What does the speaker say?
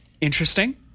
Interesting